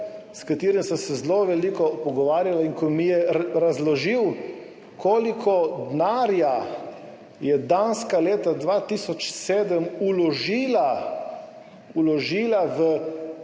s katerim sva se zelo veliko pogovarjala, mi je razložil, koliko denarja je Danska leta 2007 vložila v